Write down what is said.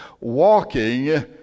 walking